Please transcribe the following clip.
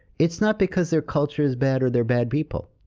it's not because their culture is bad or they're bad people.